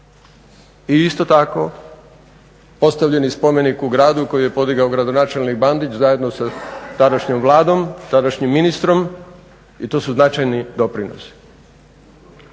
I isto tako postavljen je spomenik u gradu koji je podigao gradonačelnik Bandić zajedno sa tadašnjom Vladom i tadašnjim ministrom i to su značajni doprinosi.